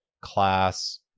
class